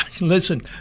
listen